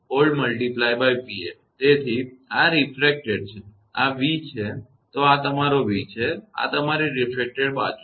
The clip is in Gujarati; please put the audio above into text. તેથી આ રિફ્રેકટેડ છે આ v તો આ તમારો v છે અને આ તમારી રીફ્રેકટેડ બાજુ છે